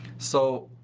so,